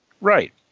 Right